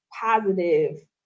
positive